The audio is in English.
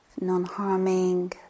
non-harming